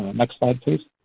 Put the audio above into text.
next slide, please.